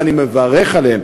ואני מברך עליהם,